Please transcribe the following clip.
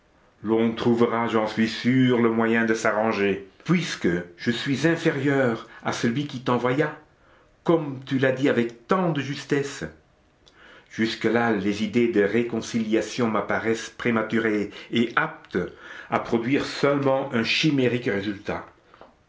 l'on trouvera j'en suis sûr le moyen de s'arranger puisque je suis inférieur à celui qui t'envoya comme tu l'as dit avec tant de justesse jusque là les idées de réconciliation m'apparaissent prématurées et aptes à produire seulement un chimérique résultat